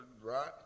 right